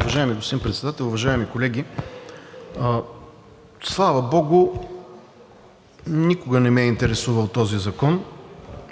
Уважаеми господин Председател, уважаеми колеги! Слава богу, никога не ме е интересувал този закон,